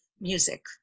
music